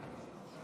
61 נגד.